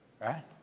Right